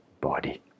body